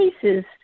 cases